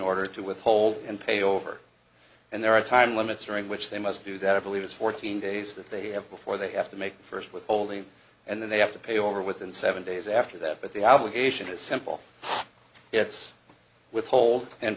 order to withhold and pay over and there are time limits during which they must do that i believe is fourteen days that they have before they have to make the first withholding and then they have to pay over within seven days after that but the obligation is simple it's withhold and